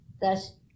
Thus